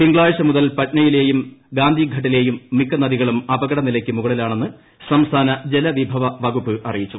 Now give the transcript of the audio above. തിങ്കളാഴ്ച മുതൽ പട്നയിലെയും ഗാന്ധിഘട്ടിലെയും മിക്ക നദികളും അപകടനിലയ്ക്ക് മുകളിലാണെന്ന് സംസ്ഥാന ജലവിഭവ വകുപ്പ് അറിയിച്ചു